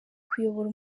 kuyobora